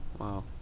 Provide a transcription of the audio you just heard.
Wow